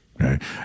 okay